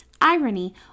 irony